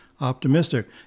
optimistic